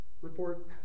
report